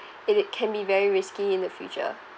it it can be very risky in the future